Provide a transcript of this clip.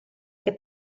che